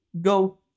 go